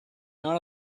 none